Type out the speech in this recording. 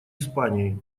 испании